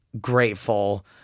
grateful